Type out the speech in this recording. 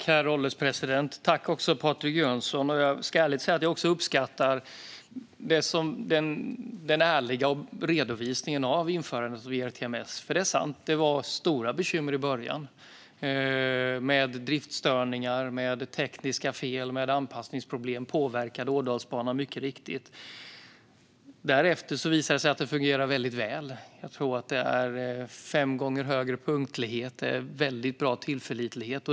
Herr ålderspresident! Jag uppskattar Patrik Jönssons ärliga redovisning av införandet av ERTMS. Det är sant att det var stora bekymmer i början med driftsstörningar, tekniska fel och anpassningsproblem, och det påverkade mycket riktigt Ådalsbanan. Därefter har det fungerat väldigt väl med fem gånger högre punktlighet, tror jag, och väldigt god tillförlitlighet.